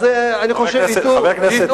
אז אני חושב, זו